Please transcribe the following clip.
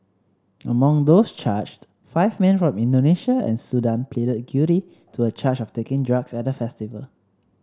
among those charged five men from Indonesia and Sudan pleaded guilty to a charge of taking drugs at the festival